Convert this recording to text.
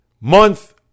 month